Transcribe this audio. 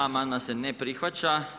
Amandman se ne prihvaća.